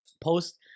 post